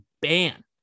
ban